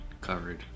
Covered